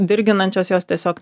dirginančios jos tiesiog